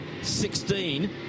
16